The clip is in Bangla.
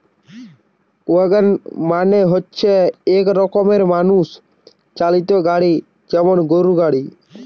ওয়াগন মানে হচ্ছে এক রকমের মানুষ চালিত গাড়ি যেমন গরুর গাড়ি